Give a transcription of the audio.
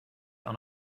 are